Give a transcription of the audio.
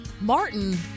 Martin